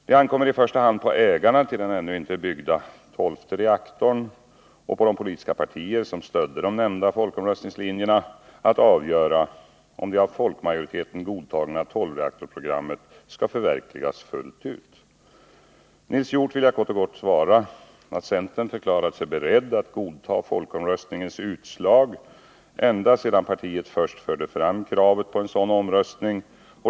Det ankommer i första hand på ägarna till den ännu inte byggda tolfte reaktorn och på de politiska partier som stödde de nämnda folkomröstningslinjerna att avgöra, om det av folkmajoriteten godtagna tolvreaktorsprogrammet skall förverkligas fullt ut. Nils Hjorth vill jag kort och gott svara, att centern förklarat sig beredd att godta folkomröstningens utslag ända sedan partiet först förde fram kravet på en sådan omröstning.